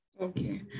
Okay